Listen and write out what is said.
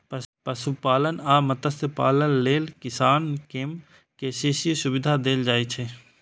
पशुपालन आ मत्स्यपालन लेल किसान कें के.सी.सी सुविधा देल जाइ छै